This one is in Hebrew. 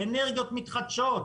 אנרגיות מתחדשות.